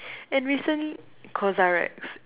and recent~ CosRX